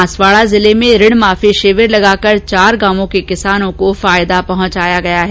बांसवाड़ा जिले में ऋण माफी शिविर लगाकर चार गांवों के किसानों को फायदा पहुंचाया गया है